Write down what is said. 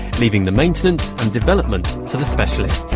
leaving the maintenance and development to the specialists.